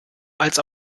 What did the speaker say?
als